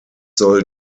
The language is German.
soll